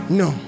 no